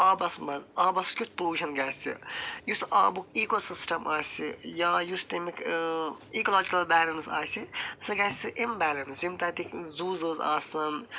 آبس منٛز آبس کِیُتھ پلوٗشن گژھِ یُس آبُک ایٖکوسسٹم آسہِ یا یُس تمیُک ایکولاجِکل بٮ۪لنس آسہِ سُہ گژھِ امبٮ۪لنس یم تتیِکھ زوٗ زٲژ آسن